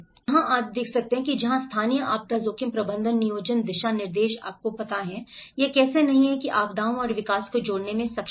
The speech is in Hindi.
तो यह वह जगह है जहां स्थानीय आपदा जोखिम प्रबंधन नियोजन दिशानिर्देश आपको पता है यह कैसे नहीं है आपदाओं और विकास को जोड़ने में सक्षम